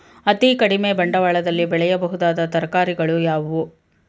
ಅತೀ ಕಡಿಮೆ ಬಂಡವಾಳದಲ್ಲಿ ಬೆಳೆಯಬಹುದಾದ ತರಕಾರಿಗಳು ಯಾವುವು?